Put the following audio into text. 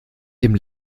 dem